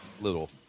Little